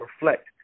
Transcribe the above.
reflect